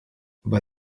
bei